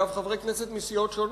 ואגב חברי הכנסת מסיעות שונות.